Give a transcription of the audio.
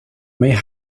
may